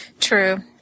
True